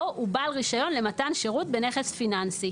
"ובעל רישיון למתן שירות בנכס פיננסי".